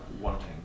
wanting